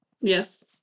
Yes